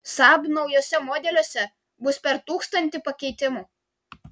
saab naujuose modeliuose bus per tūkstantį pakeitimų